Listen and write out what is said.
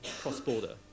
cross-border